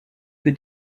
que